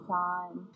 time